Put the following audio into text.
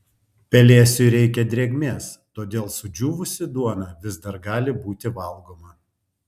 pelėsiui reikia drėgmės todėl sudžiūvusi duona vis dar gali būti valgoma